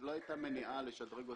לא הייתה מניעה לשדרג אותם.